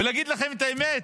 אגיד לכם את האמת,